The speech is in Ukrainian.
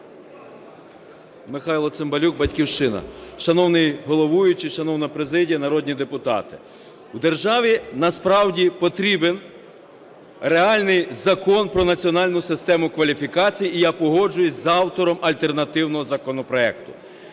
Михайло Цимбалюк, "Батьківщина". Шановний головуючий, шановна президія, народні депутати! Державі насправді потрібен реальний Закон про Національну систему кваліфікацій, і я погоджуюсь з автором альтернативного законопроекту.